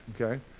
Okay